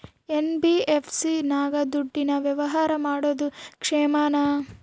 NBFC ನಾಗ ದುಡ್ಡಿನ ವ್ಯವಹಾರ ಮಾಡೋದು ಕ್ಷೇಮಾನ?